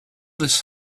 this